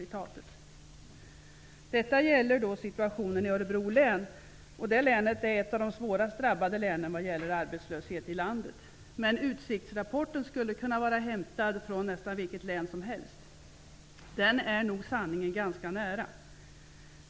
Detta gäller situationen i Örebro län. Det länet är ett av de svårast drabbade länen när det gäller arbetslöshet i landet, men utsiktsrapporten skulle kunna vara hämtad från nästan vilket län som helst. Den är nog sanningen ganska nära.